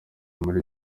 muri